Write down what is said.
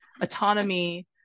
autonomy